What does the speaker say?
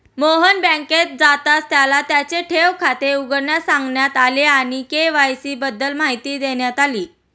मोहन बँकेत जाताच त्याला त्याचे ठेव खाते उघडण्यास सांगण्यात आले आणि के.वाय.सी बद्दल माहिती देण्यात आली